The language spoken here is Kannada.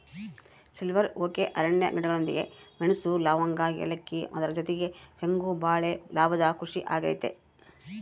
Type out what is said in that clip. ಸಿಲ್ವರ್ ಓಕೆ ಅರಣ್ಯ ಗಿಡಗಳೊಂದಿಗೆ ಮೆಣಸು, ಲವಂಗ, ಏಲಕ್ಕಿ ಅದರ ಜೊತೆಗೆ ತೆಂಗು ಬಾಳೆ ಲಾಭದ ಕೃಷಿ ಆಗೈತೆ